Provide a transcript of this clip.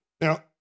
Now